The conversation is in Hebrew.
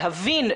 להבין,